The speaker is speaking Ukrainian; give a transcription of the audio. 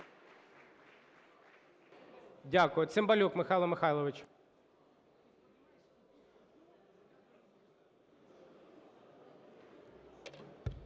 Дякую. Цимбалюк Михайло Михайлович.